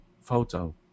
photo